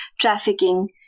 trafficking